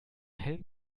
hellen